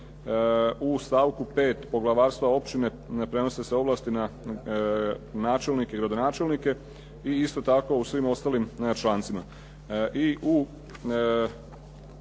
u stavku 5. poglavarstva općine prenose se ovlasti na načelnike i gradonačelnike. I isto tako u svim ostalim člancima.